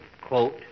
quote